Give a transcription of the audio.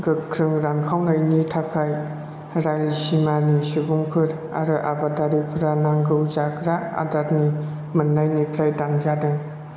गोख्रों रानखावनायनि थाखाय रायसीमानि सुबुंफोर आरो आबादारिफोरा नांगौ जाग्रा आदारनि मोन्नायनिफ्राय दानजादों